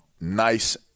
nice